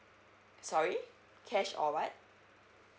sorry cash or what